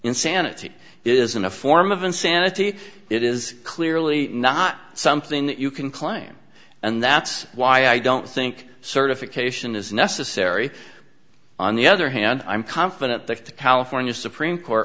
insanity isn't a form of insanity it is clearly not something that you can climb and that's why i don't think certification is necessary on the other hand i'm confident that the california supreme court